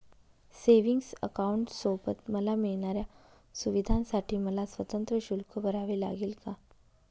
Savings अकाउंटसोबत मला मिळणाऱ्या सुविधांसाठी मला स्वतंत्र शुल्क भरावे लागेल का?